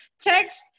text